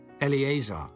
Eleazar